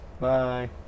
Bye